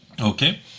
Okay